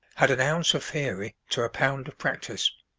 had an ounce of theory to a pound of practice.